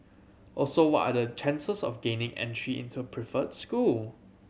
also what are the chances of gaining entry into preferred school